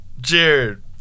jared